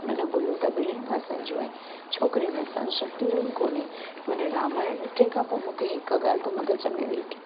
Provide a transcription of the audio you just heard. मन भुलूं त ॿिन्हिनि पासनि जूं आहिनि छोकिरियुनि में सहन शक्तिरो ई कोन्हे मन रामायण ॾिठे खां पोइ मूंखे हिकु ॻाल्हि त मॻज में वेहि थी